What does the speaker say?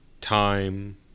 time